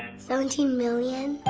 seventeen million?